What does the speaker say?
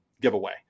giveaway